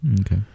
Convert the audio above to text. Okay